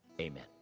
Amen